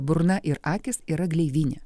burna ir akys yra gleivinė